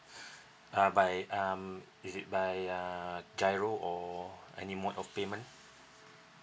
uh by um is it by uh giro or any mode of payment